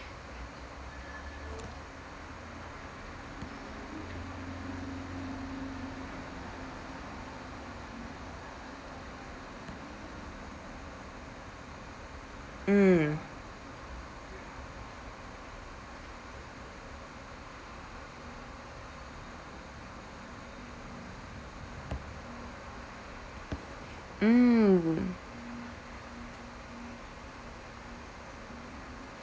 mm mm